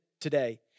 today